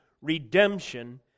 redemption